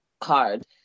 card